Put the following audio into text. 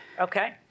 Okay